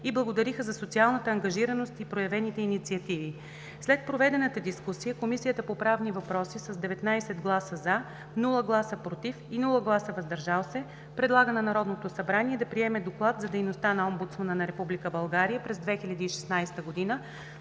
и благодариха за социалната ангажираност и проявените инициативи. След проведената дискусия, Комисията по правни въпроси с 19 гласа „за”, без „против“ и „въздържали се” предлага на Народното събрание да приеме Доклад за дейността на Омбудсмана на Република